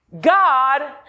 God